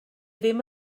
ddim